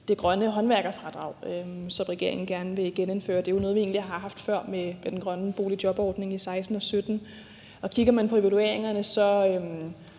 det grønne håndværkerfradrag, som regeringen gerne vil genindføre. Det jo noget, vi egentlig har haft før med den grønne boligjobordning i 2016 og 2017, og kigger man på evalueringerne, er